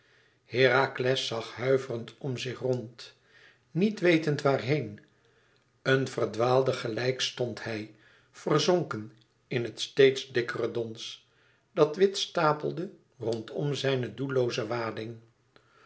herakles zag huiverend om zich rond niet wetend waarheen een verdwaalde gelijk stond hij verzonken in het steeds dikkere dons dat wit stapelde rondom zijne doellooze